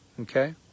okay